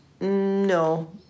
no